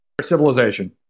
Civilization